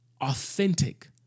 authentic